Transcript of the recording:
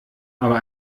aber